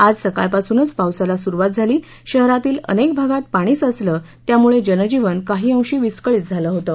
आज सकाळपासूनच पावसाला सुरुवात झाली शहरातील अनेक भागात पाणी साचलं त्यामुळे जनजीवन काही अंशी विस्कळीत झालं होतं